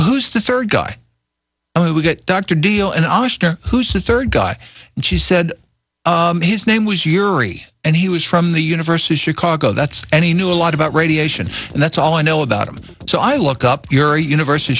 who's the third guy who got dr deal and who's the third guy and she said his name was yuri and he was from the university of chicago that's any knew a lot about radiation and that's all i know about him so i look up your univers